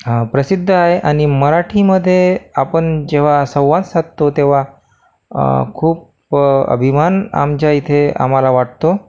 प्रसिद्ध आहे आणि मराठीमध्ये आपण जेव्हा संवाद साधतो तेव्हा खूप अभिमान आमच्या इथे आम्हाला वाटतो